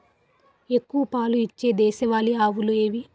ఎక్కువ పాలు ఇచ్చే దేశవాళీ ఆవులు ఏవి?